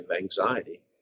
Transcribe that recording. anxiety